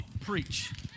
Preach